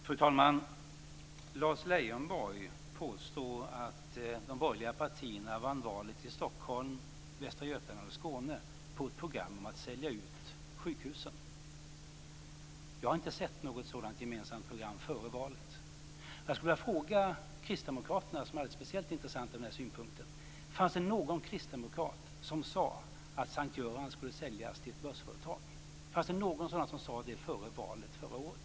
Fru talman! Lars Leijonborg påstår att de borgerliga partierna vann valet i Stockholm, Västra Götaland och Skåne på ett program om att sälja ut sjukhusen. Jag har inte sett något sådant gemensamt program före valet. Jag skulle vilja fråga kristdemokraterna, som är alldeles speciellt intressanta ur denna synpunkt, om det fanns någon kristdemokrat som sade att S:t Göran skulle säljas till ett börsföretag. Fanns det någon som sade det före valet förra året?